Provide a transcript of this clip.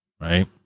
right